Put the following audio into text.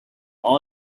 all